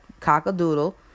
cock-a-doodle